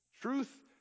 Truth